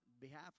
behalf